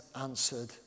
answered